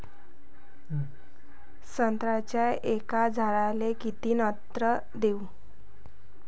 संत्र्याच्या एका झाडाले किती नत्र देऊ?